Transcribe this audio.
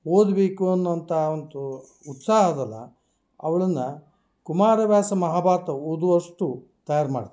ಓದಬೇಕು ಅನ್ನುವಂಥ ಒಂದು ಉತ್ಸಾಹ ಅದಲ್ಲ ಅವಳನ್ನ ಕುಮಾರವ್ಯಾಸ ಮಹಾಭಾರತ ಓದುವಷ್ಟು ತಯಾರು ಮಾಡಿತು